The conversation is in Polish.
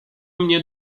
mnie